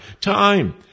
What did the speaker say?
time